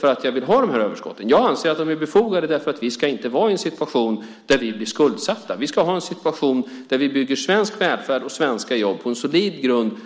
för att jag vill ha de överskotten. Jag anser att de är befogade. Vi ska inte vara i en situation där vi blir skuldsatta. Vi ska ha en situation där vi bygger svensk välfärd och svenska jobb på en solid grund.